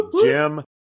Jim